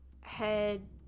head